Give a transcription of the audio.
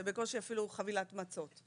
זה אפילו בקושי חבילת מצות.